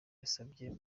yasabye